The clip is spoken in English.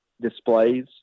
displays